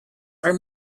are